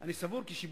ספרדית